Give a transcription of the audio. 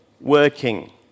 working